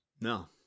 No